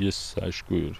jis aišku ir